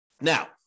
Now